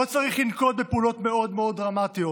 לא צריך לנקוט פעולות מאוד מאוד דרמטיות